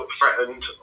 threatened